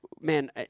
man